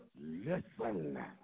listen